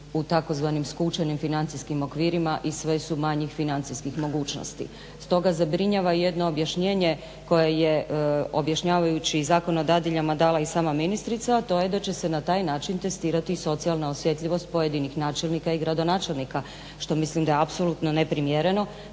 u tzv. skučenim financijskim okvirima i sve su manjih financijskih mogućnosti. Stoga zabrinjava jedno objašnjenje koje je objašnjavajući Zakon o dadiljama dala i sama ministrica, a to je da će se na taj način testirati socijalna osjetljivost pojedinih načelnika i gradonačelnika što mislim da je apsolutno neprimjereno